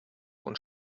und